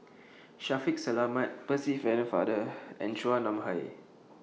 Shaffiq Selamat Percy Pennefather and Chua Nam Hai